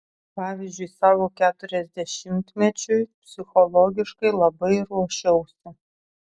pavyzdžiui savo keturiasdešimtmečiui psichologiškai labai ruošiausi